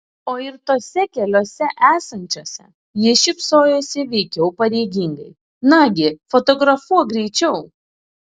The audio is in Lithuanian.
o ir tose keliose esančiose ji šypsojosi veikiau pareigingai nagi fotografuok greičiau